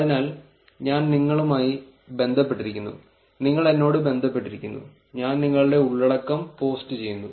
അതിനാൽ ഞാൻ നിങ്ങളുമായി ബന്ധപ്പെട്ടിരിക്കുന്നു നിങ്ങൾ എന്നോട് ബന്ധപ്പെട്ടിരിക്കുന്നു ഞാൻ നിങ്ങളുടെ ഉള്ളടക്കം പോസ്റ്റുചെയ്യുന്നു